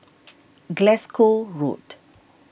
Glasgow Road